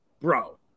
Bro